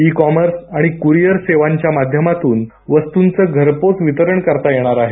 E commerce आणि courier सेवांच्या माध्यमातून वस्तूंचे घरपोच वितरण करता येणार आहे